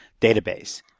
database